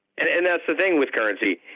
and and that's the thing with currency.